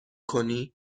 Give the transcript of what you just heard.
کنی